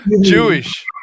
Jewish